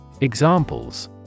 Examples